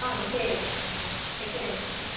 ஆ சரிங்க ஆ வைக்கிறேங்க ஃபோனை